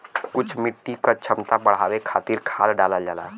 कुछ मिट्टी क क्षमता बढ़ावे खातिर खाद डालल जाला